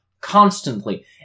constantly